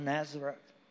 Nazareth